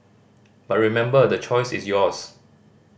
but remember the choice is yours